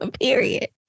Period